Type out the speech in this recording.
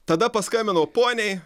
tada paskambinau poniai